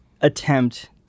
attempt